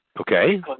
Okay